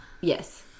Yes